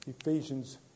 Ephesians